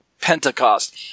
Pentecost